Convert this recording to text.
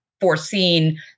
foreseen